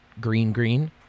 Green-Green